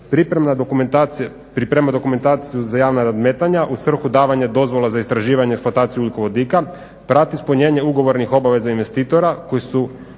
priprema dokumentaciju za javna nadmetanja u svrhu davanja dozvola za istraživanje, eksploataciju ugljikovodika, prati ispunjenje ugovornih obaveza investitora koji su